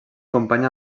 company